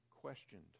questioned